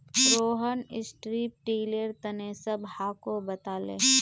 Rohan strip tiller तने सबहाको बताले